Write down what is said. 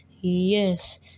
Yes